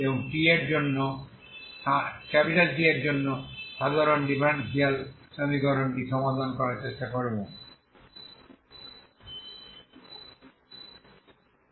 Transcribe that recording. এবং T এর জন্য এই সাধারণ ডিফারেনশিয়াল সমীকরণটি সমাধান করার চেষ্টা করি